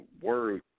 word